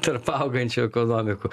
tarp augančių ekonomikų